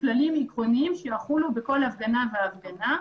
כללים עקרוניים שיחולו בכל הפגנה והפגנה.